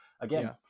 again